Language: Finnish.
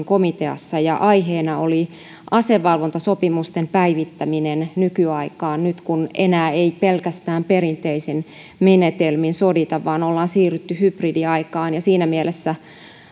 komiteassa aiheena oli asevalvontasopimusten päivittäminen nykyaikaan nyt kun enää ei pelkästään perinteisin menetelmin sodita vaan on siirrytty hybridiaikaan siinä mielessä